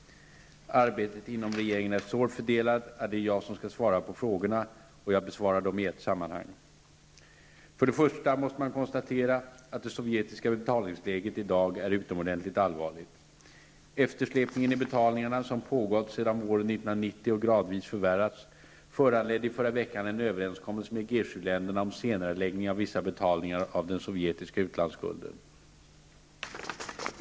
Arbetet inom regeringen är så fördelat att det är jag som skall svara på frågorna, och jag besvarar dem i ett sammanhang. För det första måste man konstatera att det sovjetiska betalningsläget i dag är utomordentligt allvarligt. Eftersläpningen i betalningarna, som pågått sedan våren 1990 och gradvis förvärrats, föranledde i förra veckan en överenskommelse med G7-länderna om senareläggning av vissa betalningar av den sovjetiska utlandsskulden.